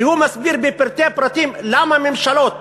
והוא מסביר בפרטי פרטים למה ממשלות